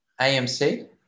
AMC